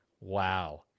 Wow